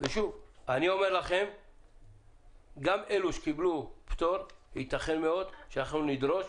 גם אלה שקיבלו פטור, ייתכן מאוד שאנחנו נדרוש